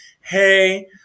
hey